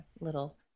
little